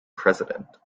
president